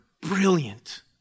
brilliant